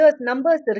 numbers